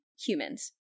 humans